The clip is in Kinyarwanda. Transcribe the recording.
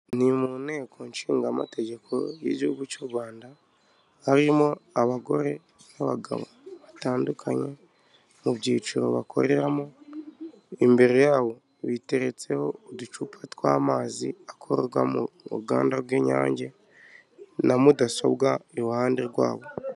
Ni mu nteko ishinga amategeko y'igihugu cyu Rwanda harimo abagore n'abagabo batandukanye mu byiciro bakoreramo imbere yabo biteretseho uducupa tw'amazi akorwamo mu ruganda rw'inyange na mudasobwa iruhande rwabo.